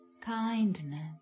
kindness